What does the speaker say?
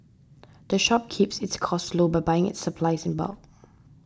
the shop keeps its costs low by buying its supplies in bulk